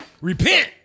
Repent